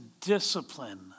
discipline